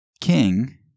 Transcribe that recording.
King